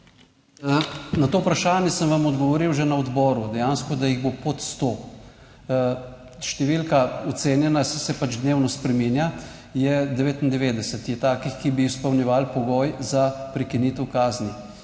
Na to vprašanje sem vam odgovoril že na odboru, dejansko, da jih bo pod sto. Številka ocenjena se pač dnevno spreminja. Je 99 takih, ki bi izpolnjevali pogoj za prekinitev kazni.